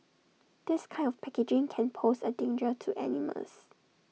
this kind of packaging can pose A danger to animals